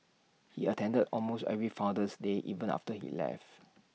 he attended almost every Founder's day even after he left